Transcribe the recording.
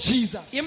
Jesus